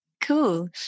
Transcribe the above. Cool